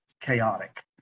chaotic